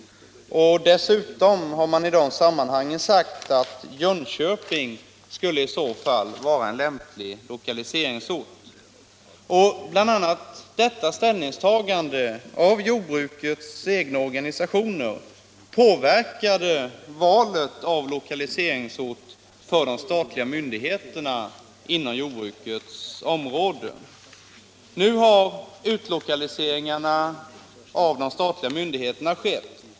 Dessutom har man i de sammanhangen uttalat att Jönköping i så fall skulle vara en lämplig lokaliseringsort. Nu har utlokaliseringarna av de statliga myndigheterna skett.